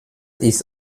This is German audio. ist